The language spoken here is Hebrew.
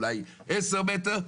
אולי 10 מטר.